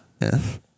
Yes